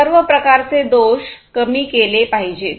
सर्व प्रकारचे दोष कमी केले पाहिजेत